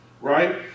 Right